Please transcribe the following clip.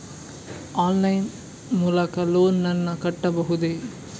Online line ಮೂಲಕ loan ನನ್ನ ಕಟ್ಟಬಹುದೇ?